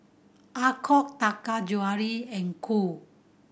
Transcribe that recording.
Alcott Taka Jewelry and Cool